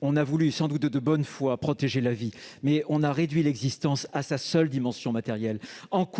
On a voulu, sans doute de bonne foi, protéger la vie, mais on a réduit l'existence à sa seule dimension matérielle. En privant